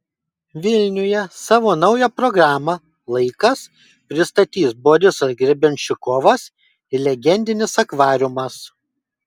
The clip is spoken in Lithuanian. vilniuje savo naują programą laikas pristatys borisas grebenščikovas ir legendinis akvariumas